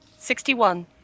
Sixty-one